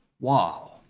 Wow